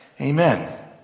Amen